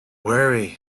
worry